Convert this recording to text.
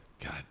God